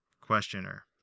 Questioner